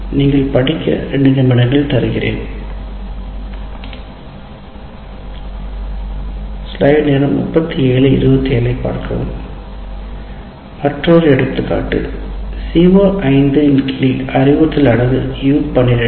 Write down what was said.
நீங்கள் படிக்க 2 நிமிடங்கள் தருகிறேன் மற்றொரு எடுத்துக்காட்டு CO5 இன் கீழ் அறிவுறுத்தல் அலகு U12